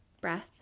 breath